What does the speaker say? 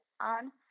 on